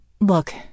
Look